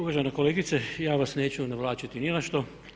Uvažena kolegice ja vas neću navlačiti ni na što.